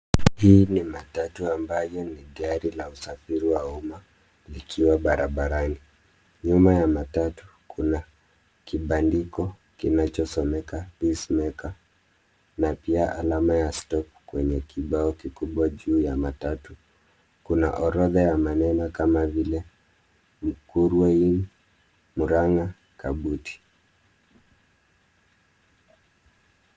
Hii ni matatu ambayo ni gari la usafiri wa umma, likiwa barabarani. Nyuma ya matatu kuna kibandiko kinachosomeka Peace Maker na pia alama ya Stop kwenye kibao kikubwa juu ya matatu. Kuna orodha ya maneno kama vile Mukurweni, Muranga, Kabuti.